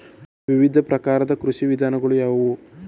ವಿವಿಧ ಪ್ರಕಾರದ ಕೃಷಿ ವಿಧಾನಗಳು ಯಾವುವು?